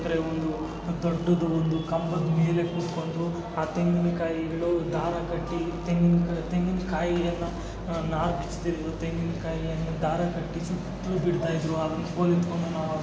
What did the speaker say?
ಅಂದರೆ ಒಂದು ದೊಡ್ಡದು ಒಂದು ಕಂಬದ ಮೇಲೆ ಕೂತ್ಕೊಂಡು ಆ ತೆಂಗಿನಕಾಯಿಗೆ ದಾರ ಕಟ್ಟಿ ತೆಂಗಿನ ತೆಂಗಿನಕಾಯಿಯನ್ನು ತೆಂಗಿನಕಾಯಿಯನ್ನು ದಾರ ಕಟ್ಟಿ ಸುತ್ತಿ ಬಿಡ್ತಾಯಿದ್ರು ಅದನ್ನು ಕೋಲು ಎತ್ತಿಕೊಂಡು ನಾವು ಅದನ್ನ